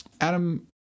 Adam